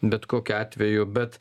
bet kokiu atveju bet